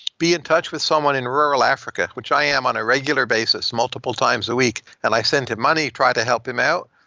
be in touch with someone in rural africa, which i am on a regular basis multiple times a week and i send him money, try to help him out.